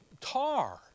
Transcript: tar